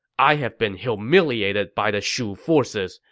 i have been humiliated by the shu forces,